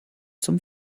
zum